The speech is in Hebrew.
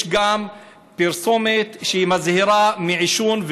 יש גם פרסומת שמזהירה מעישון,